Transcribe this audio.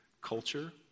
culture